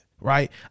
right